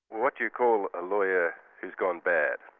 what do you call a lawyer who's gone bad?